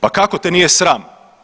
Pa kako te nije sram?